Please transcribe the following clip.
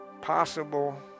possible